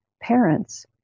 parents